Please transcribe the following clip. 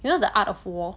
you know the art of war